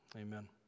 amen